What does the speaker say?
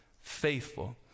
faithful